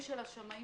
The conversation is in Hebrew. קשורה.